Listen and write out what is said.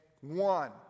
one